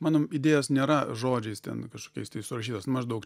mano idėjos nėra žodžiais ten kažkokiais tai surašytos maždaug